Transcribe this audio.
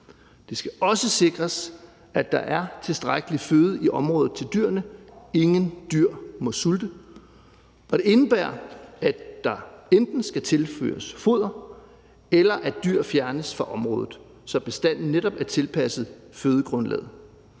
Det skal også sikres, at der er tilstrækkelig føde i området til dyrene. Ingen dyr må sulte. Og det indebærer, at der enten skal tilføres foder, eller at dyr fjernes fra området, så bestanden netop er tilpasset fødegrundlaget.